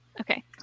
Okay